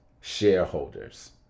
shareholders